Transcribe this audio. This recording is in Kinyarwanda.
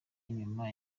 nyuma